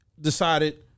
decided